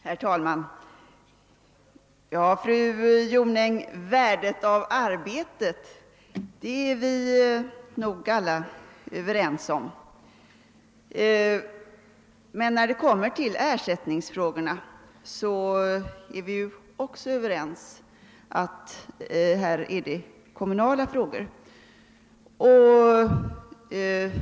Herr talman! Värdet av arbetet, fru Jonäng, är vi nog alla överens om. När vi kommer till ersättningsfrågorna är vi också överens, nämligen om att de är en kommunal uppgift.